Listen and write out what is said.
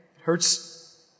hurts